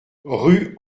rue